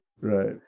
Right